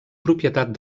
propietat